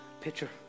picture